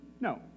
No